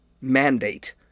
mandate